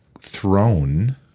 thrown